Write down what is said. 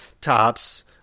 tops